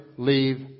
leave